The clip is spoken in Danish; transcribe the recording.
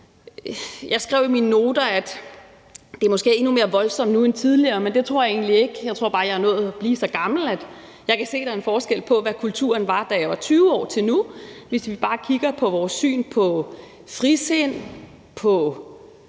Jeg skrev i mine noter, at det måske er endnu mere voldsomt nu end tidligere, men det tror jeg egentlig ikke. Jeg tror bare, jeg er nået at blive så gammel, at jeg kan se, at der er en forskel på, hvad kulturen var, da jeg var 20 år, til nu. Hvis vi bare kigger på vores syn på frisind, på